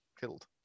killed